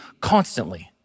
constantly